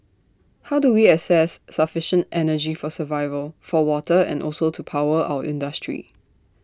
how do we access sufficient energy for survival for water and also to power our industry